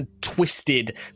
Twisted